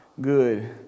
good